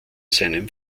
seinem